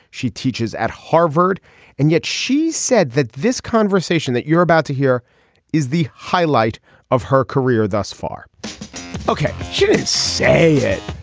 she teaches at harvard and yet she said that this conversation that you're about to hear is the highlight of her career thus far ok. say it.